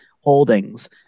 holdings